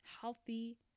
healthy